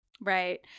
right